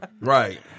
right